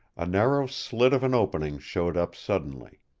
a narrow slit of an opening showed up suddenly.